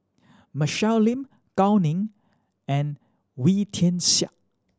Michelle Lim Gao Ning and Wee Tian Siak